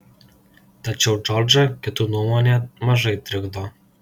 tačiau džordžą kitų nuomonė mažai trikdo